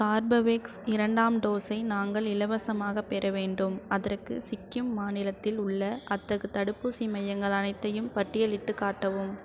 Corbevax இரண்டாம் டோஸை நாங்கள் இலவசமாகப் பெற வேண்டும் அதற்கு சிக்கிம் மாநிலத்தில் உள்ள அத்தகு தடுப்பூசி மையங்கள் அனைத்தையும் பட்டியலிட்டுக் காட்டவும்